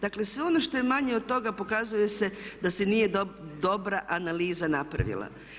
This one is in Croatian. Dakle sve ono što je manje od toga pokazuje se da se nije dobra analiza napravila.